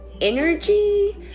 energy